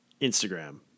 Instagram